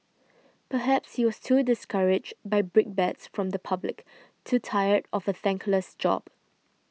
perhaps he was too discouraged by brickbats from the public too tired of a thankless job